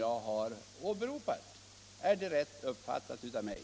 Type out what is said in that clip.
Är det rätt uppfattat av mig?